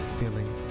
Feeling